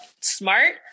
smart